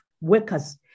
workers